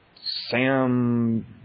Sam